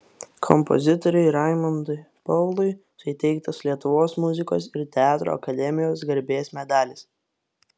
kompozitoriui raimondui paului įteiktas lietuvos muzikos ir teatro akademijos garbės medalis